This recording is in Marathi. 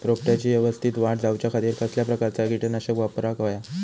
रोपट्याची यवस्तित वाढ जाऊच्या खातीर कसल्या प्रकारचा किटकनाशक वापराक होया?